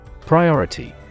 Priority